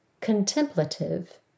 contemplative